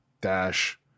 dash